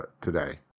today